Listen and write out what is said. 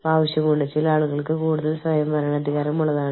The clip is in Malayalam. ഇത് ആളുകളെ അവരുടെ അവകാശങ്ങളെക്കുറിച്ച് കൂടുതൽ ബോധവാന്മാരാകുകയാണ്